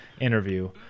interview